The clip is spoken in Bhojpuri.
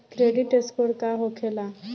क्रेडिट स्कोर का होखेला?